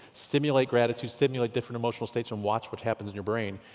stimulate gratitude, stimulate different emotional states and watch what happens in your brain.